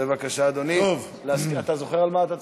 אתה זוכר על מה?